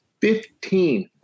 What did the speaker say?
Fifteen